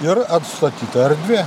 ir atstatyta erdvė